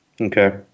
Okay